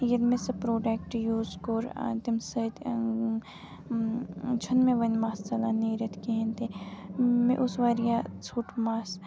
ییٚلہِ مےٚ سُہ پرٛوڈَکٹ یوٗز کوٚر تمہِ سۭتۍ چھِنہٕ مےٚ وۄنۍ مَس ژَلان نیٖرِتھ کِہیٖنۍ تہِ مےٚ اوس واریاہ ژھوٚٹ مَس